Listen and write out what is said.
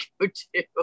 go-to